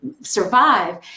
survive